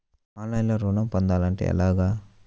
ఆన్లైన్లో ఋణం పొందాలంటే ఎలాగా?